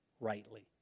rightly